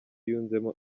yunzemo